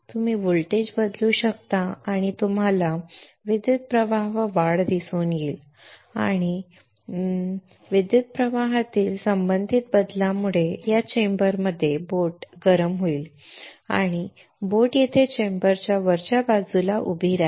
तुम्ही व्होल्टेज बदलू शकता आणि तुम्हाला विद्युतप्रवाहात वाढ दिसून येईल आणि विद्युतप्रवाहातील संबंधित बदलामुळे या चेंबरमध्ये बोट गरम होईल आणि बोट येथे चेंबरच्या वरच्या बाजूला उभी राहील